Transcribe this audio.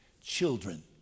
Children